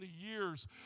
years